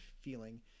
feeling